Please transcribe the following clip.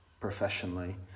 professionally